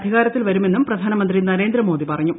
അധികാരത്തിൽ വരുമെന്നും പ്രധാനമന്ത്രി നരേന്ദ്രമോദി പറഞ്ഞു